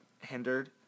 hindered